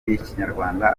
ikinyarwanda